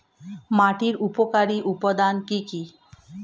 মাটির উপকারী উপাদান কি কি?